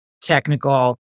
technical